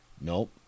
Nope